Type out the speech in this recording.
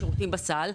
שירותים בסל,